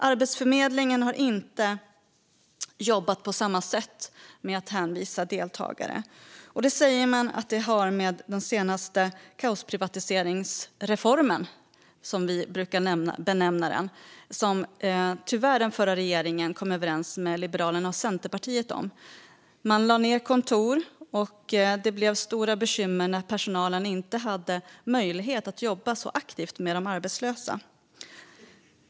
Arbetsförmedlingen har inte jobbat på samma sätt med att hänvisa deltagare. Man säger att detta har att göra med den senaste kaosprivatiseringsreformen, som vi brukar benämna den, som den förra regeringen tyvärr kom överens med Liberalerna och Centerpartiet om. Kontor lades ned, och det blev stora bekymmer när personalen inte hade möjlighet att jobba så aktivt med de arbetslösa.